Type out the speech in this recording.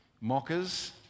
Mockers